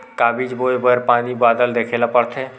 का बीज बोय बर पानी बादल देखेला पड़थे?